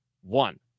one